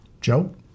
Joe